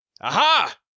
Aha